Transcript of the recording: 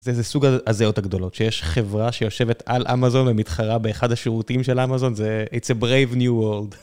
זה איזה סוג ההזיות הגדולות, שיש חברה שיושבת על אמזון ומתחרה באחד השירותים של אמזון, זה... It's a brave new world.